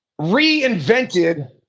reinvented